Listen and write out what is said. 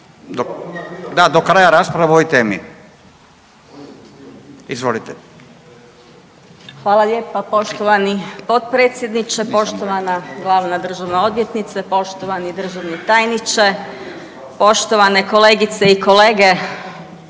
da do kraja rasprave o ovoj temi. Izvolite. **Jelkovac, Marija (HDZ)** Hvala lijepa poštovani potpredsjedniče, poštovana glavna državna odvjetnice, poštovani državni tajniče, poštovane kolegice i kolege,